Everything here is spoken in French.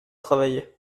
travailler